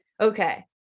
okay